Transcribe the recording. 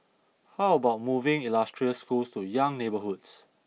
how about moving illustrious schools to young neighbourhoods